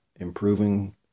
Improving